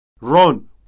Run